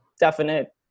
definite